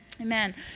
Amen